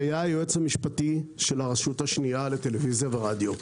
שהיה היועץ המשפטי של הרשות השנייה לטלוויזיה ורדיו.